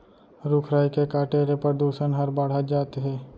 रूख राई के काटे ले परदूसन हर बाढ़त जात हे